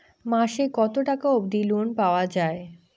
মাসে কত টাকা অবধি লোন পাওয়া য়ায়?